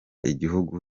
igihugu